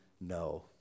no